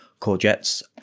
courgettes